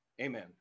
Amen